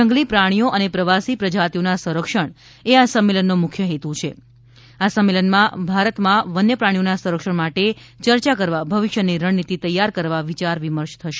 જંગલી પ્રાણીઓ અને પ્રવાસી પ્રજાતિઓના સંરક્ષણ એ આ સંમેલનનો મુખ્ય હેતુ છે આ સંમેલનમાં ભારતમાં વન્ય પ્રાણીઓના સંરક્ષણ માટે ચર્ચા કરવા ભવિષ્યની રણનિતિ તૈયાર કરવા વિચાર વિર્મશ થશે